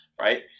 right